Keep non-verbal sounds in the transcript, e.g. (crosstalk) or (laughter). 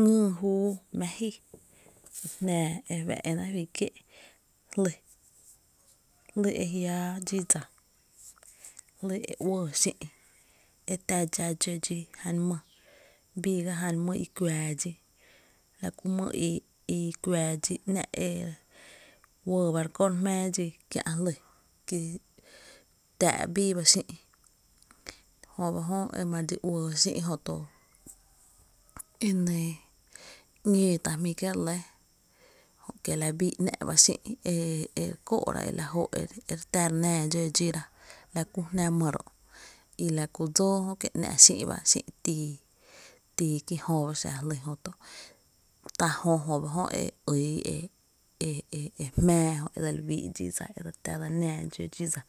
Ngÿÿ júu mⱥ jí jnaa, e fá’ e ‘náá’ fí kié’ jlí e jiaa dxí dsa, jjý e uɇɇ xÿ’ dxí dsa, e tä dxá dxó dxí jan mý, bii ga jna mý ikuⱥⱥ dxí la ku mý i kuⱥⱥ dxí’ ‘ nⱥ’ e uɇɇ ba re kó’ re jmⱥⱥ dxí kiä’ jlý, ki tää’ bíí ba xÿ’ ejö ba jö dse uɇɇ xÿ’, jö ba jö e ma re dxi uɇɇ xÿ’ enɇɇ ‘ñóo tá’ jmíi’ ki+é’ re lɇ jö kie’ lña bi ‘nⱥ’ ba jlí e re kóó’ra e re tá re náá dxó jná mý ro’ i la kú dsóo jö kie’ ‘ nⱥ’ xÿ’ ba kié’, xÿ’ tii ba kí jö ba xa jlí jö to tá’ jö jö ba e (hesitation) e jmⱥⱥ e dse li wíi’ dxí dsa e la dse náá dxó dxí dsa